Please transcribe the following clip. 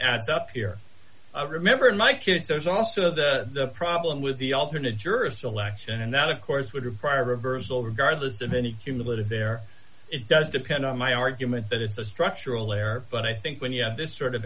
adds up here remember in my kids there's also the problem with the alternate juror selection and that of course would require a reversal regardless of any cumulative there it does depend on my argument that it's a structural error but i think when you have this sort of